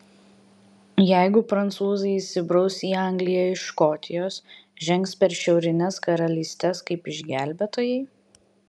jeigu prancūzai įsibraus į angliją iš škotijos žengs per šiaurines karalystes kaip išgelbėtojai